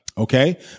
Okay